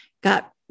got